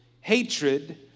hatred